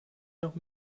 noch